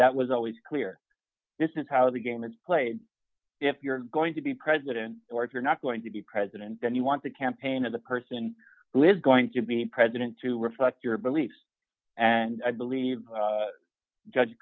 that was always clear this is how the game is played if you're going to be president or if you're not going to be president then you want to campaign as the person who is going to be president to reflect your beliefs and i believe judge